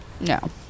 No